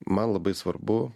man labai svarbu